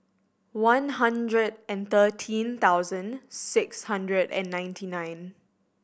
one hundred and thirteen thousand six hundred and ninety nine